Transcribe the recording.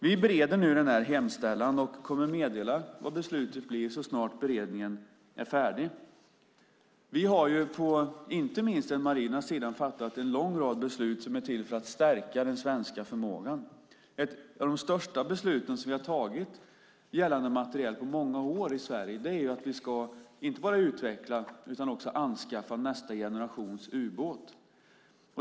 Vi bereder nu denna hemställan och kommer att meddela vad beslutet blir så snart beredningen är färdig. Vi har på inte minst den marina sidan fattat en lång rad beslut som är till för att stärka den svenska förmågan. Ett av de största beslut som vi har tagit gällande materiel på många år i Sverige är att vi ska inte bara utveckla utan också anskaffa nästa generations ubåt.